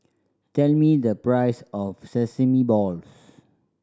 tell me the price of sesame balls